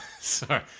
sorry